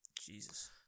Jesus